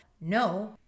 no